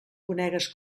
conegues